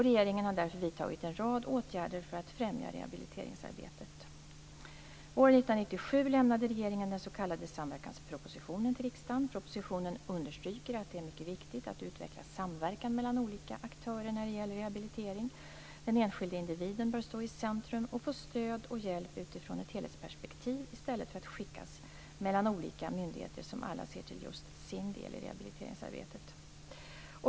Regeringen har därför vidtagit en rad åtgärder för att främja rehabiliteringsarbetet. Propositionen understryker att det är mycket viktigt att utveckla samverkan mellan olika aktörer när det gäller rehabilitering. Den enskilde individen bör stå i centrum och få stöd och hjälp utifrån ett helhetsperspektiv i stället för att skickas mellan olika myndigheter som alla ser till just sin del i rehabiliteringsarbetet.